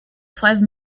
five